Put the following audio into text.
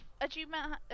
achievement